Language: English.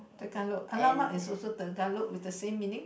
Tagalog !alamak! is also Tagalog with the same meaning